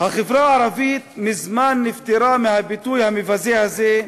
החברה הערבית מזמן נפטרה מהביטוי המבזה הזה,